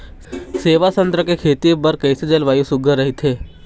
सेवा संतरा के खेती बर कइसे जलवायु सुघ्घर राईथे?